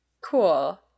cool